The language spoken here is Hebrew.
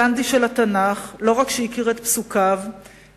גנדי של התנ"ך לא רק שהכיר את פסוקיו אלא